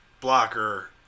blocker